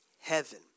heaven